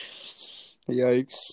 Yikes